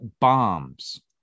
bombs